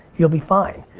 you'll be fine.